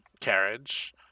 carriage